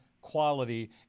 quality